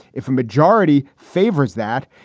if a majority favors that,